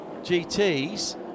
GTs